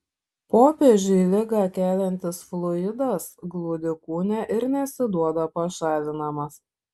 popiežiui ligą keliantis fluidas glūdi kūne ir nesiduoda pašalinamas